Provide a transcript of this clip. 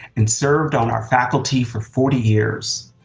and served on our faculty for forty years.